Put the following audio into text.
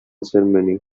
ceremony